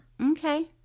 okay